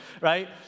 right